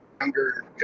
younger